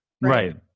Right